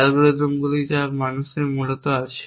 অ্যালগরিদমগুলি যা মানুষের মূলত আছে